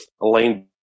Elaine